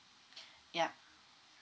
yup